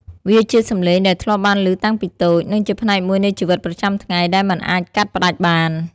វាជាសំឡេងដែលធ្លាប់បានឮតាំងពីតូច និងជាផ្នែកមួយនៃជីវិតប្រចាំថ្ងៃដែលមិនអាចកាត់ផ្ដាច់បាន។